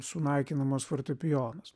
sunaikinamas fortepijonas